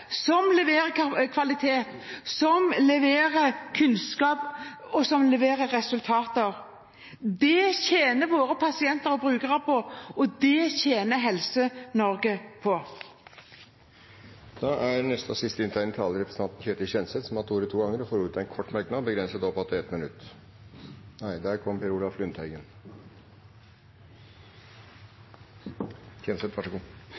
som leverer kvalitet, som leverer kunnskap, og som leverer resultater. Det tjener våre pasienter og brukere på, og det tjener Helse-Norge på. Representanten Ketil Kjenseth har hatt ordet to ganger tidligere og får ordet til en kort merknad, begrenset til 1 minutt.